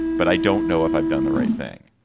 but i don't know if i've done the right thing.